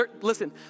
listen